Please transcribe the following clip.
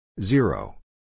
Zero